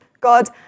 God